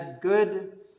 good